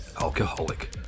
alcoholic